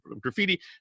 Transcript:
graffiti